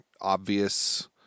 obvious